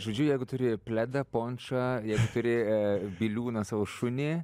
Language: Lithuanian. žodžiu jeigu turi pledą pončą ir turi biliūną savo šunį